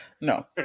No